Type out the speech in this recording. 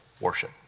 worship